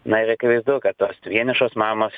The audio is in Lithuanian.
na ir akivaizdu kad tos vienišos mamos